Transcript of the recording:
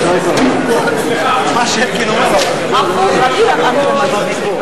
בממשלה לא נתקבלה.